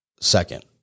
Second